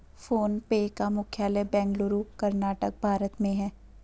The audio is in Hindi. फ़ोन पे का मुख्यालय बेंगलुरु, कर्नाटक, भारत में है